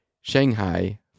Shanghai